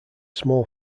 small